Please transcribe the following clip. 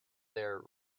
there